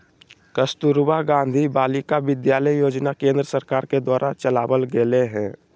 कस्तूरबा गांधी बालिका विद्यालय योजना केन्द्र सरकार के द्वारा चलावल गेलय हें